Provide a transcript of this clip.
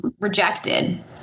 rejected